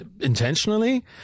intentionally